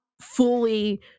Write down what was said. fully